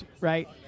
right